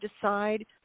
decide